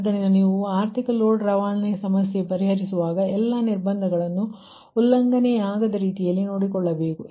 ಆದ್ದರಿಂದ ನೀವು ಆರ್ಥಿಕ ಲೋಡ್ ರವಾನೆ ಸಮಸ್ಯೆಯನ್ನು ಪರಿಹರಿಸುವಾಗ ಎಲ್ಲಾ ನಿರ್ಬಂಧಗಳನ್ನು ಉಲ್ಲಂಘನೆಯಾಗದ ರೀತಿಯಲ್ಲಿ ನೋಡಿಕೊಳ್ಳಬೇಕು